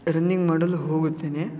running ಮಾಡಲು ಹೋಗುತ್ತೇನೆ